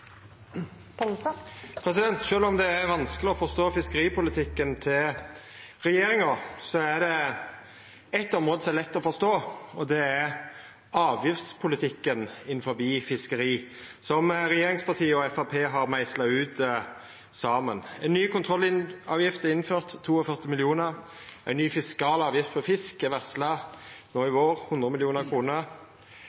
om det er vanskeleg å forstå fiskeripolitikken til regjeringa, er det eitt område som er lett å forstå, og det er avgiftspolitikken innanfor fiskeri, som regjeringspartia og Framstegspartiet har meisla ut saman. Ei ny kontrollavgift er innført, 42 mill. kr, ei ny fiskalavgift på fisk er varsla no i